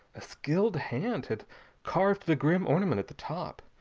a skilled hand had carved the grim ornament at the top,